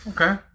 okay